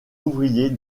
ouvrier